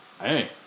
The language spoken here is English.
Hey